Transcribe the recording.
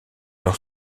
leur